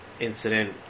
incident